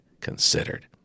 considered